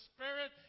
Spirit